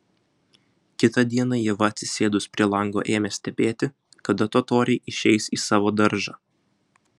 kitą dieną ieva atsisėdus prie lango ėmė stebėti kada totoriai išeis į savo daržą